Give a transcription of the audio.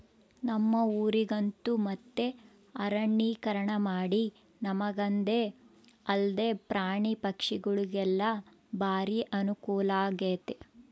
ನಮ್ಮ ಊರಗಂತೂ ಮತ್ತೆ ಅರಣ್ಯೀಕರಣಮಾಡಿ ನಮಗಂದೆ ಅಲ್ದೆ ಪ್ರಾಣಿ ಪಕ್ಷಿಗುಳಿಗೆಲ್ಲ ಬಾರಿ ಅನುಕೂಲಾಗೆತೆ